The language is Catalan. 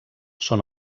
són